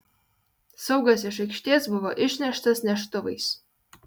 saugas iš aikštės buvo išneštas neštuvais